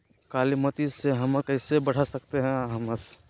कालीमती में हमस कैसे बढ़ा सकते हैं हमस?